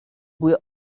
بوی